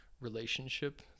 relationship